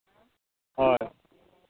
ᱦᱳᱭ